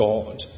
God